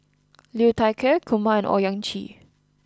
Liu Thai Ker Kumar and Owyang Chi